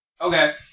Okay